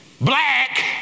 Black